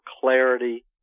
clarity